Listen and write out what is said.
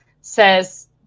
says